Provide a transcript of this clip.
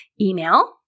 email